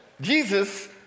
Jesus